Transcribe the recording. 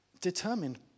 determined